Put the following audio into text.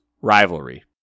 rivalry